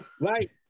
Right